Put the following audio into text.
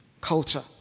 culture